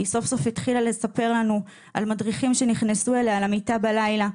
היא סוף סוף התחילה לספר לנו על מדריכים שנכנסו אליה למיטה בלילה.